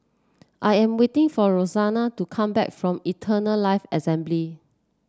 I am waiting for Rosella to come back from Eternal Life Assembly